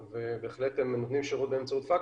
ובהחלט הם נותנים שירות באמצעות פקס.